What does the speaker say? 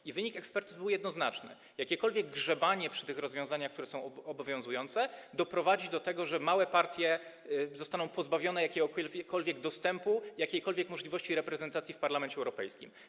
I wynik ekspercki był jednoznaczny - jakiekolwiek grzebanie przy rozwiązaniach, które są obowiązujące, doprowadzi do tego, że małe partie zostaną pozbawione tu jakiegokolwiek dostępu, jakiejkolwiek możliwości posiadania reprezentacji w Parlamencie Europejskim.